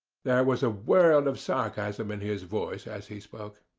there was a world of sarcasm in his voice as he spoke.